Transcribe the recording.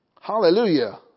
Hallelujah